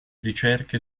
ricerche